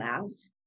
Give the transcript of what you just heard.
last